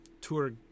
tour